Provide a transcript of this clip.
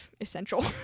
essential